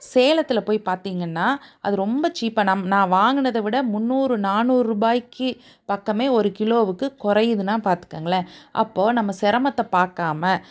சேலத்தில் போய் பார்த்திங்கன்னா அது ரொம்ப சீப்பாக நம் நான் வாங்கினதவிட முன்னூறு நானூறுரூபாய்க்கி பக்கமே ஒரு கிலோவுக்கு குறையிதுனா பார்த்துக்கங்களேன் அப்போது நம்ம சிரமத்தப் பார்க்காம